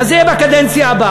אז זה יהיה בקדנציה הבאה,